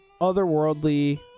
otherworldly